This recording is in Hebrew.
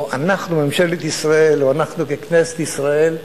או אנחנו ממשלת ישראל, או אנחנו כנסת ישראל,